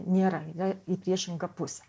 nėra yra į priešingą pusę